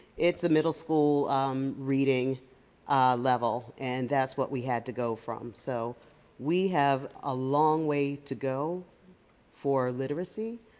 it's a middle school reading level, and that's what we had to go from, so we have a long way to go for literacy.